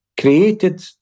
created